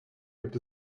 gibt